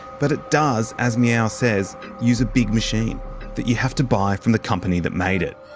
but it does as meow says use a big machine that you have to buy from the company that made it.